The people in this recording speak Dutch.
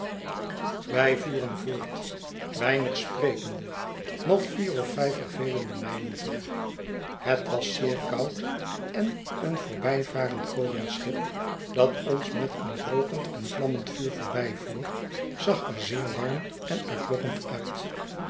wij voeren voort weinig sprekende nog vier of vijf vervelende mijlen ver het was zeer koud en een voorbij varend kolenschip dat ons met een rookend en vlammend vuur voorbijvoer zag er zeer warm en uitlokkend uit